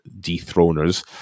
dethroners